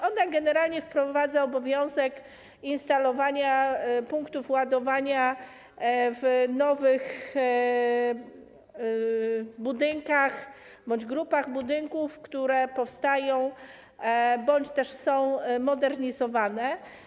Ona generalnie wprowadza obowiązek instalowania punktów ładowania w nowych budynkach bądź grupach budynków, które powstają bądź też są modernizowane.